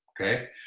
okay